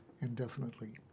indefinitely